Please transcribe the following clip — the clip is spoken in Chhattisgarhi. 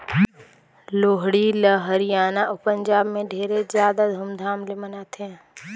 लोहड़ी ल हरियाना अउ पंजाब में ढेरे जादा धूमधाम ले मनाथें